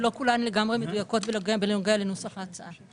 שלא כולן מדויקות בנוגע לנוסח ההצעה.